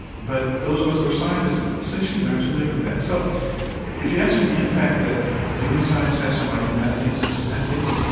but those of us who are scientists essentially learn to live with that. so if you ask me the impact that doing science has on my humanity and sense of ethics,